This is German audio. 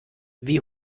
wie